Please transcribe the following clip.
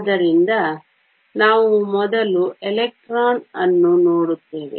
ಆದ್ದರಿಂದ ನಾವು ಮೊದಲು ಎಲೆಕ್ಟ್ರಾನ್ ಅನ್ನು ನೋಡುತ್ತೇವೆ